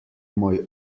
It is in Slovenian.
moj